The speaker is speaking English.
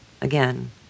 Again